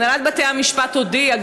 הנהלת בתי המשפט הודיעה,